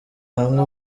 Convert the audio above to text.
hamwe